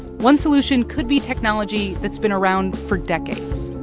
one solution could be technology that's been around for decades